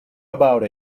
about